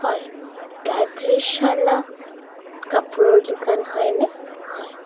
হয় গায়ত্ৰী চালা কাপোৰৰ দোকান হয়নে হয়